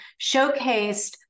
showcased